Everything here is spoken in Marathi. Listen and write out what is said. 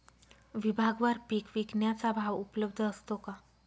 विभागवार पीक विकण्याचा भाव उपलब्ध असतो का?